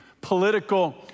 political